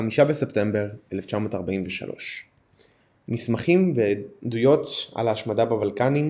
5 בספטמבר 1943 מסמכים ועדויות על ההשמדה בבלקנים,